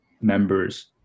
members